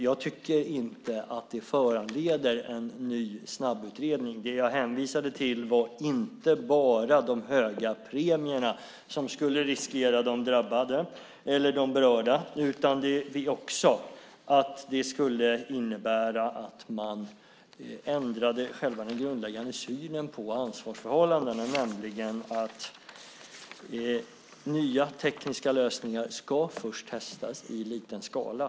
Jag tycker inte att det föranleder en ny snabbutredning. Det jag hänvisade till var inte bara de höga premierna, som de berörda skulle riskera, utan också att det skulle innebära att man ändrade själva den grundläggande synen på ansvarsförhållandena, nämligen att nya tekniska lösningar först ska testas i liten skala.